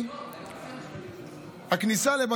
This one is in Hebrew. אז זו ההצעה האישית שלי אליכם.